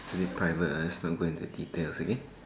it's a bit private uh let's not go into details okay